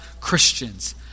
Christians